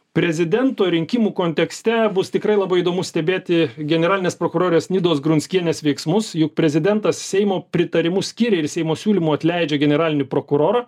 prezidento rinkimų kontekste bus tikrai labai įdomu stebėti generalinės prokurorės nidos grunskienės veiksmus juk prezidentas seimo pritarimu skiria ir seimo siūlymu atleidžia generalinį prokurorą